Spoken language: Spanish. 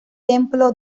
templo